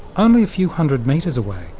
only a few hundred metres away,